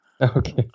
okay